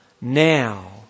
now